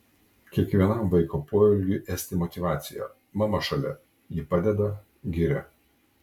kiekvienam vaiko poelgiui esti motyvacija mama šalia ji padeda giria